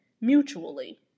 mutually